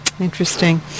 Interesting